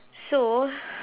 so